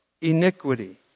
iniquity